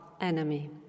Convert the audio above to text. enemy